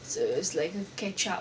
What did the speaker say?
so is like a catch up